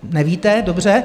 Nevíte, dobře.